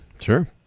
Sure